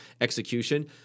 execution